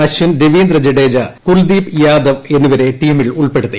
അശ്വിൻക രവീന്ദ്ര ജഡേജ കുൽദീപ് യാദവ് എന്നിവരെ ടീമിൽ ഉൾപ്പെടുത്തി